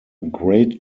great